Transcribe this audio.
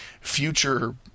future